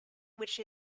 which